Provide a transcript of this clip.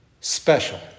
special